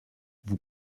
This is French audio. vous